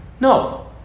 No